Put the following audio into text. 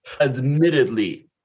admittedly